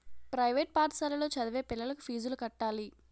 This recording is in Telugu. ప్రైవేట్ పాఠశాలలో చదివే పిల్లలకు ఫీజులు కట్టాలి